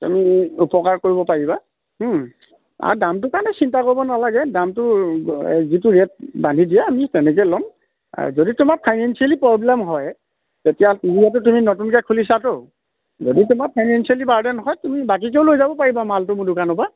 তুমি উপকাৰ কৰিব পাৰিবা আ দামটো কাৰণে চিন্তা কৰিব নালাগে দামটো যিটো ৰেট বান্ধি দিয়ে আমি তেনেকে ল'ম যদি তোমাৰ ফাইনেঞ্চিয়েলি প্ৰব্লেম হয় তেতিয়া তুমি নতুনকে খুলিছা ত' যদি তোমাৰ ফাইনেঞ্চিয়েলি বাৰ্ডেন হয় তুমি বাকীকেও লৈ যাব পাৰিবা মালটো মোৰ দোকানৰ পৰা